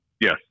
Yes